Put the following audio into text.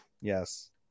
Yes